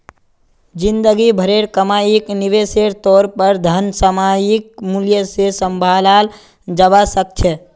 जिंदगी भरेर कमाईक निवेशेर तौर पर धन सामयिक मूल्य से सम्भालाल जवा सक छे